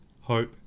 hope